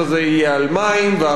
וה-1% הזה יהיה על חשמל.